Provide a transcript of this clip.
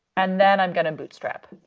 and then i'm going to bootstrap.